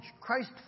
Christ